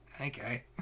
okay